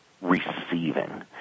receiving